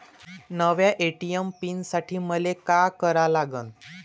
नव्या ATM pin साठी मले का करा लागन?